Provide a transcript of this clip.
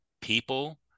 people